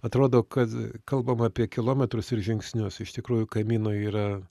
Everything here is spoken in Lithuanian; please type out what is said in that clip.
atrodo kad kalbam apie kilometrus ir žingsnius iš tikrųjų kamino yra